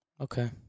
Okay